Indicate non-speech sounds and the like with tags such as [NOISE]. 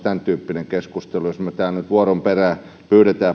[UNINTELLIGIBLE] tämäntyyppinen keskustelu edes tarkoituksenmukaista jos me täällä nyt vuoron perään pyydämme [UNINTELLIGIBLE]